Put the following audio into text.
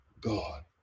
God